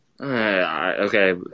okay